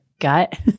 gut